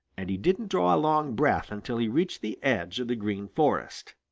and he didn't draw a long breath until he reached the edge of the green forest.